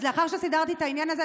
אז לאחר שסידרתי את העניין הזה,